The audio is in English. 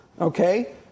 okay